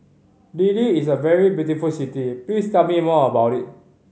Dili is a very beautiful city please tell me more about it